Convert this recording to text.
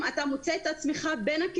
מה זה היה לפני 2,000 שנה, ומה זה פה וכדומה.